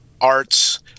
arts